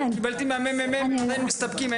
שקיבלתי מהממ"מ הם עדיין מסתפקים,